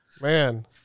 Man